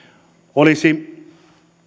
olisi